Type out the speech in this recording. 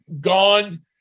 gone